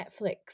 Netflix